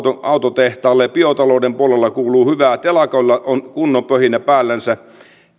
autotehtaalle ja biotalouden puolella kuuluu hyvää telakoilla on kunnon pöhinä päällänsä